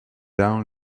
down